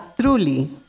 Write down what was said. truly